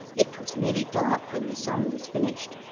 it was nearly dark when the song was finished,